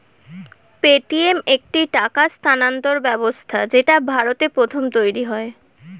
Paytm একটি টাকা স্থানান্তর ব্যবস্থা যেটা ভারতে প্রথম তৈরী হয়